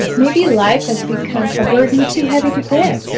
maybe life has become a burden too heavy to bear.